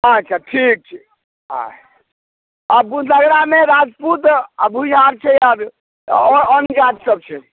अच्छा ठीक छै आ बुदगरामे राजपूत आ भुइहार छै आओर अन्य जाति सभ छै